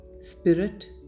Spirit